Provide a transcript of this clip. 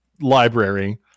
library